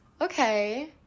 Okay